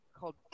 called